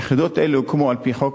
יחידות אלה הוקמו על-פי חוק